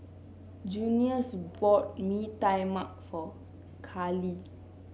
Junius bought Mee Tai Mak for Callie